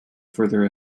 further